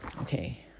Okay